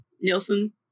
Nielsen